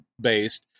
based